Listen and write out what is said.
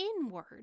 inward